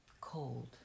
cold